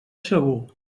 segur